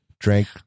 drank